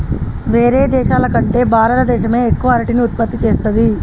వేరే దేశాల కంటే భారత దేశమే ఎక్కువ అరటిని ఉత్పత్తి చేస్తంది